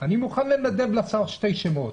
אני מוכן לנדב לשר שני שמות.